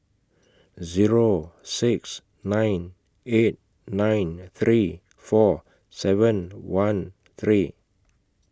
Zero six nine eight nine three four seven one three